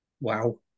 Wow